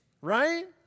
right